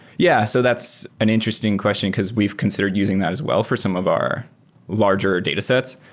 yeah. so that's an interesting question, because we've considered using that as well for some of our larger datasets,